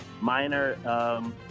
minor